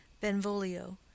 benvolio